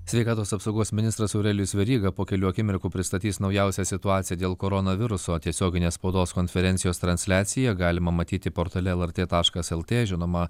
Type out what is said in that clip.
sveikatos apsaugos ministras aurelijus veryga po kelių akimirkų pristatys naujausią situaciją dėl koronaviruso tiesioginę spaudos konferencijos transliaciją galima matyti portale lrt taškas lt žinoma